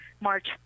march